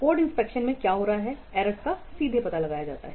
code inspection में क्या हो रहा है एरर्स का सीधे पता लगाया जाता है